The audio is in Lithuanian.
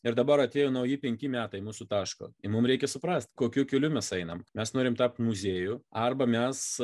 ir dabar atėjo nauji penki metai mūsų taško ir mum reikia suprast kokiu keliu mes einam mes norim tapti muzieju arba mes